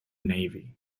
navy